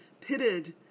pitted